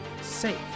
safe